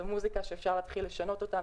זה מוזיקה שאפשר להתחיל לשנות אותה.